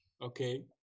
Okay